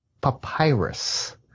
Papyrus